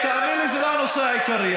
תאמין לי שזה לא הנושא העיקרי.